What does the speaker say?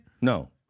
No